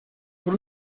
per